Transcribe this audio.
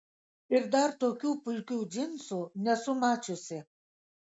ir dar tokių puikių džinsų nesu mačiusi